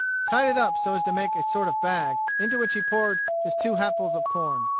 tied it up so as to make a sort of bag, into which he poured his two hatfuls of corn.